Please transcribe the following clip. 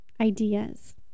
ideas